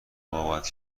مقاومت